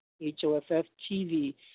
H-O-F-F-T-V